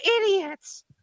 idiots